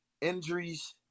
injuries